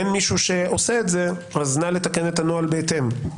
אין מישהו שעושה את זה, נא לתקן את הנוהל בהתאם.